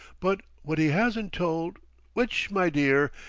but what he hasn't told which, my dear,